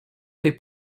tej